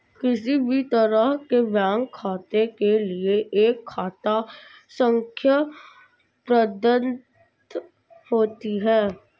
किसी भी तरह के बैंक खाते के लिये एक खाता संख्या प्रदत्त होती है